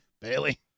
Bailey